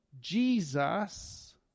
Jesus